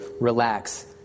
Relax